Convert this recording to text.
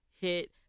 Hit